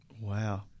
Wow